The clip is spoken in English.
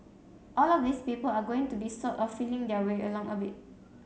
all of these people are going to be sort of feeling their way along a bit